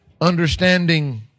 understanding